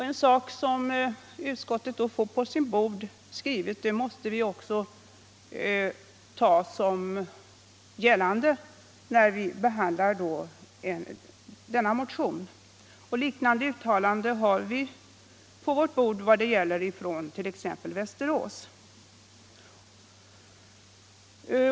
En sådan rapport måste vi i utskottet beakta när vi behandlar denna motion. Liknande uttalanden finns också från t.ex. Västerås.